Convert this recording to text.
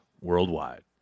worldwide